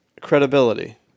credibility